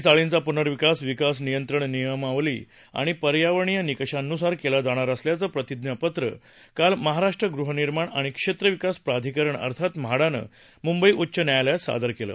चाळींचा प्नर्विकास विकास नियंत्रण नियमावली आणि पर्यावरणीय निकषांनुसार केला जाणार असल्याचं प्रतिज्ञापत्र काल महाराष्ट्र ग्हनिर्माण आणि क्षेत्रविकास प्राधिकरण अर्थात म्हाडानं मुंबई उच्च न्यायालयात सादर केलं